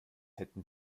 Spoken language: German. hätten